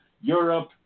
Europe